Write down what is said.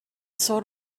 sort